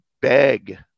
beg